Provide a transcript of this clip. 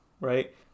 right